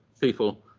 people